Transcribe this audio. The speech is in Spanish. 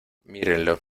mírenlo